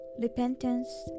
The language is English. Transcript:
repentance